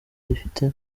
gifite